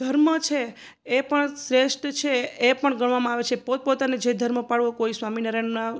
ધર્મ છે એ પણ શ્રેષ્ઠ છે એ પણ ગણવામાં આવે છે પોત પોતાને જે ધર્મ પાળવો કોઈ સ્વામિનારાયણના